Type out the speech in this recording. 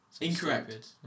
Incorrect